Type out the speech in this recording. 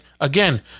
again